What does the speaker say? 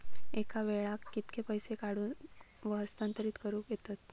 एका वेळाक कित्के पैसे काढूक व हस्तांतरित करूक येतत?